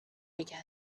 again